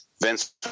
Vince